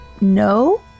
no